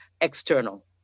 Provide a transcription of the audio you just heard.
external